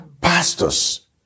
Pastors